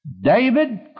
David